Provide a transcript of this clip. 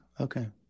Okay